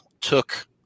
took